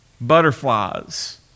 butterflies